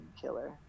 killer